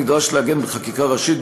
נדרש לעגנו בחקיקה ראשית,